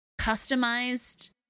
customized